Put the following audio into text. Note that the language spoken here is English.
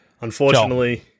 unfortunately